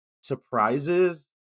surprises